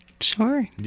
Sure